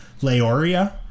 Leoria